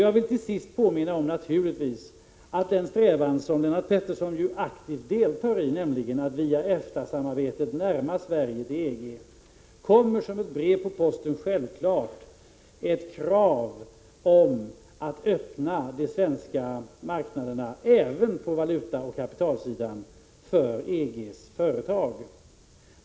Jag vill till sist naturligtvis påminna om att med den strävan som Lennart Pettersson aktivt deltar i, nämligen att via EFTA-samarbetet närma Sverige till EG, kommer som ett brev på posten självklart ett krav på att öppna de svenska marknaderna även på valutaoch kapitalsidan för EG:s företag.